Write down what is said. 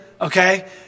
okay